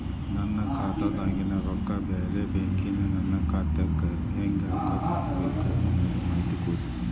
ನನ್ನ ಖಾತಾದಾಗಿನ ರೊಕ್ಕ ಬ್ಯಾರೆ ಬ್ಯಾಂಕಿನ ನನ್ನ ಖಾತೆಕ್ಕ ಹೆಂಗ್ ಕಳಸಬೇಕು ಅನ್ನೋ ಮಾಹಿತಿ ಕೊಡ್ರಿ?